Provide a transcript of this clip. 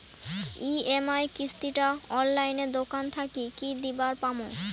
EMI কিস্তি টা অনলাইনে দোকান থাকি কি দিবার পাম?